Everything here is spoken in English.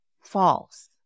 false